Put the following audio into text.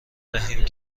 دهیم